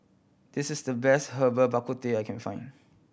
this is the best Herbal Bak Ku Teh I can find